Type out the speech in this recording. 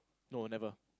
no never